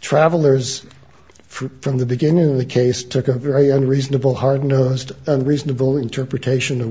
travelers for from the beginning of the case took a very unreasonable hard nosed reasonable interpretation of